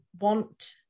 want